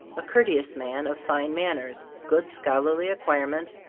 a courteous man of fine manners, good scholarly acquirements,